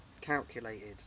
calculated